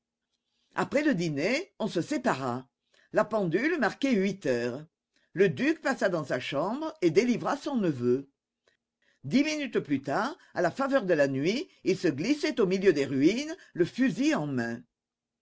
après le dîner on se sépara la pendule marquait huit heures le duc passa dans sa chambre et délivra son neveu dix minutes plus tard à la faveur de la nuit ils se glissaient au milieu des ruines le fusil en main